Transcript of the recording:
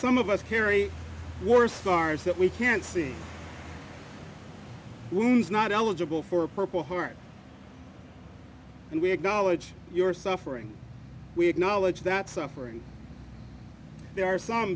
some of us carry your stars that we can't see who's not eligible for a purple heart and we acknowledge your suffering we acknowledge that suffering there are some